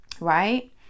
right